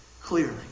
Clearly